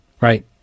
Right